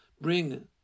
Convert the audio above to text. bring